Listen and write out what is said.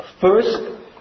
first